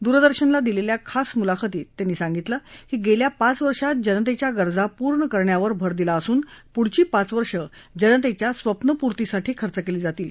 दूरदर्शनला दिलेल्या खास मुलाखतीत त्यांनी सांगितलं की गेल्या पाच वर्षात जनतेच्या गरजा पूर्ण करण्यावर भर दिला असून पुढची पाच वर्ष जनतेच्या स्वप्नपूर्तीसाठी खर्च केली जातील